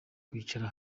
wicara